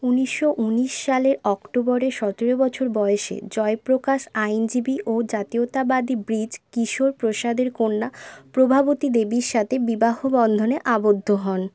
উনিশশো উনিশ সালে অক্টোবরে সতেরো বছর বয়সে জয়প্রকাশ আইনজীবী ও জাতীয়তাবাদী ব্রিজকিশোর প্রসাদের কন্যা প্রভাবতী দেবীর সাথে বিবাহ বন্ধনে আবদ্ধ হন